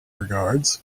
regards